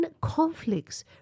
conflicts